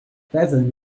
bevan